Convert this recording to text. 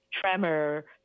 tremor